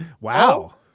Wow